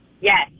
Yes